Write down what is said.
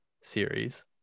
series